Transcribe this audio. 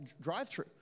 drive-through